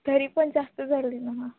तरी पण जास्त झाली ना मॅम